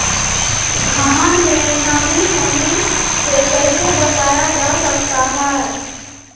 धान में नमी होने से कैसे बचाया जा सकता है?